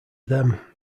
them